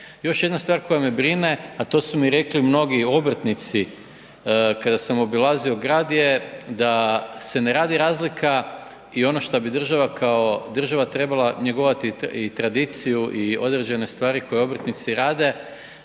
Još jedna stvar koja me brine, a to su mi rekli mnogi obrtnici kada sam obilazio grad je da se ne radi razlika i ono što bi država kao država trebala njegovati i tradiciju i određene stvari koje obrtnici rade,